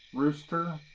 rooster.